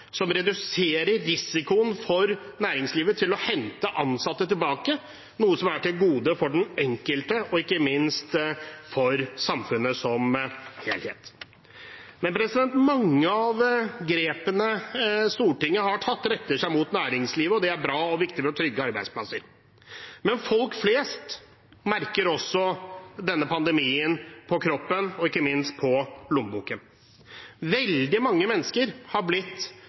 som reduserer risikoen for næringslivet ved å hente ansatte tilbake, noe som er til gode for den enkelte og ikke minst for samfunnet som helhet. Mange av grepene Stortinget har tatt, retter seg mot næringslivet, og det er bra og viktig for å trygge arbeidsplasser. Men folk flest merker også denne pandemien på kroppen og ikke minst på lommeboken. Veldig mange mennesker er blitt